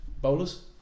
bowlers